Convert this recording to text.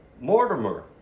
Mortimer